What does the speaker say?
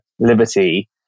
Liberty